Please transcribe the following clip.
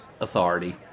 authority